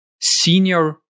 senior